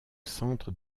centre